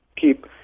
keep